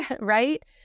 right